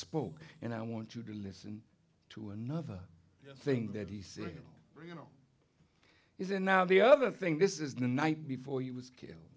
spoke and i want you to listen to another thing that he said you know he's in now the other thing this is the night before he was killed